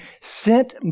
sent